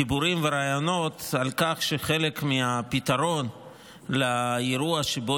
דיבורים ורעיונות על כך שחלק מהפתרון לאירוע שבו